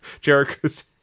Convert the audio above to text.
Jericho's